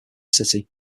city